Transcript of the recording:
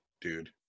dude